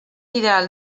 ideal